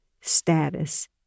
status